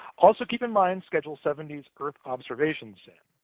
also keep in mind schedule seventy s earth observation sin.